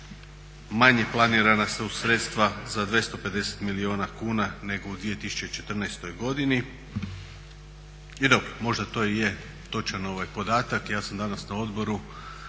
manje planirana su sredstva za 250 milijuna kuna nego u 2014. godini. I dobro, možda to i je točan podatak. Ja sam danas na odboru